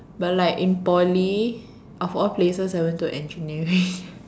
but like in Poly of all places I went to engineering